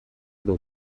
dut